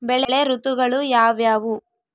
ಬೆಳೆ ಋತುಗಳು ಯಾವ್ಯಾವು?